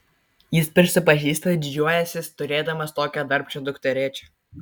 jis prisipažįsta didžiuojąsis turėdamas tokią darbščią dukterėčią